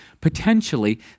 potentially